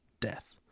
death